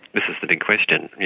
this is the big question. you